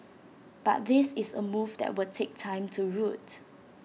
but this is A move that will take time to root